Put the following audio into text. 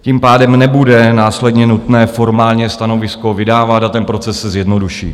Tím pádem nebude následně nutné formálně stanovisko vydávat a ten proces se zjednoduší